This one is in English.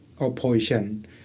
opposition